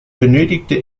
benötigte